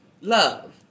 love